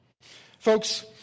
Folks